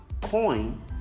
coin